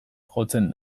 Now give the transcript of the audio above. jotzen